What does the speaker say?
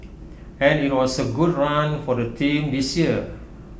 and IT was A good run for the team this year